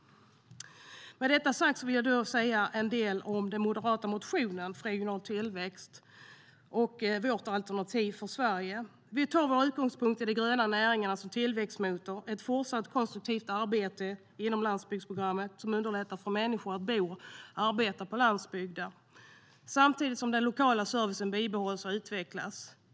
Jag vill nu säga en del om den moderata motionen för regional tillväxt och vårt alternativ för Sverige. Vi tar vår utgångspunkt i de gröna näringarna som tillväxtmotor och ett fortsatt konstruktivt arbete inom landsbygdsprogrammet som underlättar för människor att bo och arbeta på landsbygden samtidigt som den lokala servicen bibehålls och utvecklas.